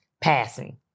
passing